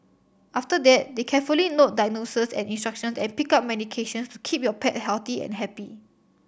after that they carefully note diagnoses and instruction and pick up medications to keep your pet healthy and happy